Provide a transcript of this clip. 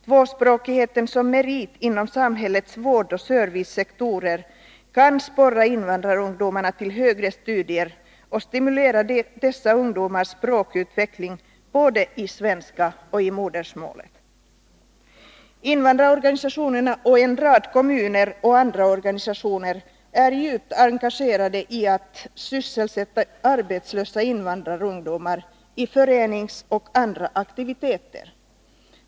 Tvåspråkigheten som merit inom samhällets vårdoch servicesektorer kan sporra invandrarungdomar till högre studier och stimulera dessa ungdomars språkutveckling både i svenska och i modersmålet. Invandrarorganisationerna och en rad kommuner och andra organisationer är djupt engagerade i att sysselsätta arbetslösa invandrarungdomar i föreningsaktiviteter och andra aktiviteter.